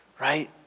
right